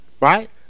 Right